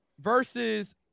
versus